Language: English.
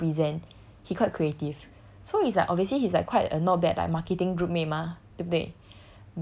he can talk he can present he quite creative so it's like obviously he's like quite or not bad like marketing group mate mah